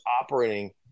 operating